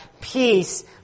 peace